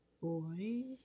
Boy